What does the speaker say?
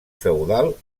feudal